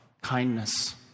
kindness